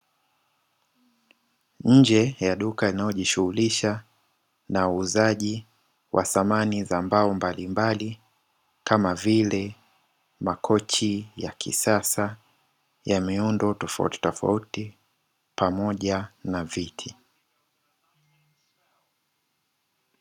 Nje ya duka linalojishughulisha na uuzaji wa samani za mbao mbalimbali, kama vile makochi ya kisasa ya miundo tofautitofauti pamoja na viti.